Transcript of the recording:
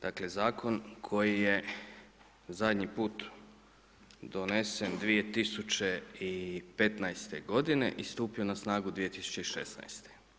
Dakle, zakon koji je zadnji put donesen 2015. godine i stupio na snagu 2016.